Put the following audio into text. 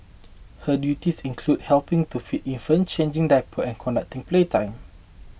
her duties included helping to feed infants changing diapers and conducting playtime